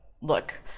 Look